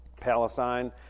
Palestine